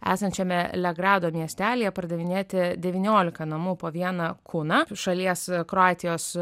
esančiame legrado miestelyje pardavinėti devyniolika namų po vieną kuną šalies kroatijos